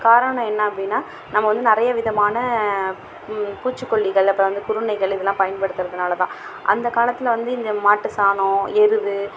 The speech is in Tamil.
காரணம் என்ன அப்படினா நம்ம வந்து நெறைய விதமான பூச்சிக்கொல்லிகள் அப்றம் வந்து குருணைகள் இதெலாம் பயன்படுத்துறதுனால் தான் அந்த காலத்தில் வந்து இந்த மாட்டு சாணம் எரு